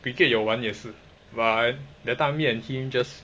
wee kiet 有玩也是 but that time me and him just